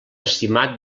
simat